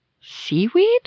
Seaweed